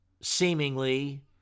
seemingly